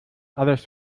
alles